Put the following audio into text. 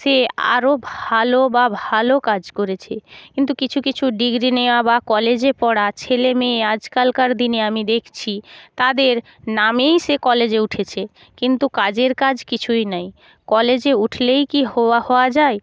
সে আরও ভালো বা ভালো কাজ করেছে কিন্তু কিছু কিছু ডিগ্রি নেওয়া বা কলেজে পড়া ছেলে মেয়ে আজকালকার দিনে আমি দেখছি তাদের নামেই সে কলেজে উঠেছে কিন্তু কাজের কাজ কিছুই নাই কলেজে উঠলেই কি হওয়া হওয়া যায়